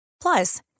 Plus